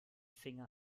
finger